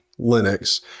Linux